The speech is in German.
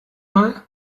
mal